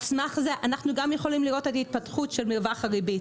על סמך זה אנחנו יכולים לראות את ההתפתחות של מרווח הריבית,